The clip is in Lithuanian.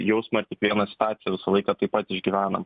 jausmąar kiekvieną situaciją visą laiką taip pat išgyvenam